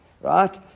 Right